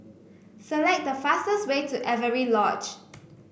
select the fastest way to Avery Lodge